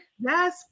yes